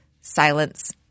Silence